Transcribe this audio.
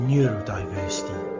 Neurodiversity